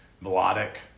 melodic